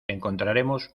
encontraremos